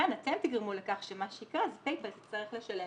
מהנוסח צריך להשתמע